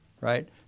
right